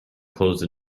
closed